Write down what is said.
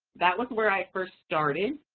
that was where i first started.